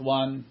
one